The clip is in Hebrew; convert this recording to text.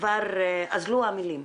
כבר אזלו המילים.